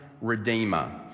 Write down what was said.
redeemer